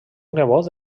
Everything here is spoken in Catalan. nebot